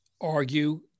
argue